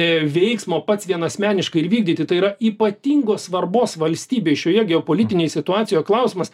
veiksmo pats vienasmeniškai ir vykdyti tai yra ypatingos svarbos valstybės šioje geopolitinėj situacijoj klausimas